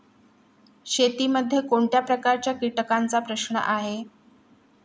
शेतीमध्ये कोणत्या प्रकारच्या कीटकांचा प्रश्न आहे?